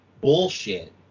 bullshit